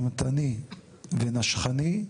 אימתני ונשכני,